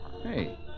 Hey